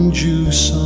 juice